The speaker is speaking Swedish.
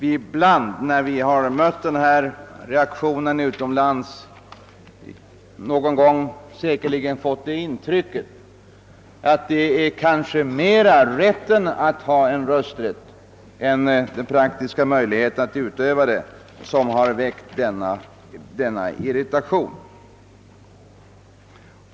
Ibland när vi mött denna reaktion utomlands har vi fått det intrycket, att irritationen mera gäller frånvaron av rätten att rösta än de små praktiska möjligheterna att utöva rösträtten.